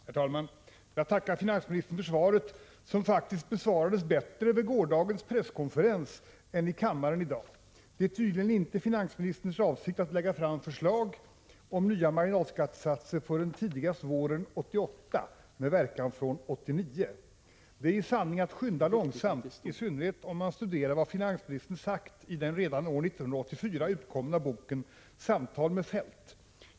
Herr talman! Jag tackar finansministern för svaret. Men frågan besvarades faktiskt bättre vid gårdagens presskonferens än i kammaren i dag. Det är tydligen inte finansministerns avsikt att lägga fram ett förslag om nya marginalskattesatser förrän tidigast våren 1988, med verkan från 1989. Det är i sanning att skynda långsamt, i synnerhet om man studerar vad finansministern sagt i den redan 1984 utkomna boken Samtal med Feldt.